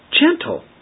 gentle